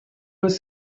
was